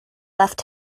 left